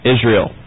Israel